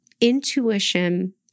intuition